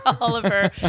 Oliver